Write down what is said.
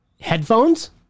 Headphones